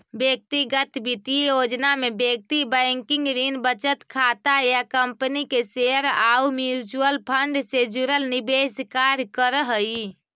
व्यक्तिगत वित्तीय योजना में व्यक्ति बैंकिंग, ऋण, बचत खाता या कंपनी के शेयर आउ म्यूचुअल फंड से जुड़ल निवेश कार्य करऽ हइ